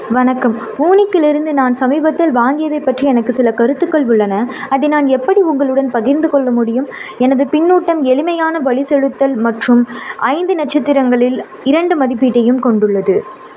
வணக்கம் ஊனிக்கிலிருந்து நான் சமீபத்தில் வாங்கியதைப் பற்றி எனக்கு சில கருத்துக்கள் உள்ளன அதை நான் எப்படி உங்களுடன் பகிர்ந்து கொள்ள முடியும் எனது பின்னூட்டம் எளிமையான வழி செலுத்துதல் மற்றும் ஐந்து நட்சத்திரங்களில் இரண்டு மதிப்பீட்டையும் கொண்டுள்ளது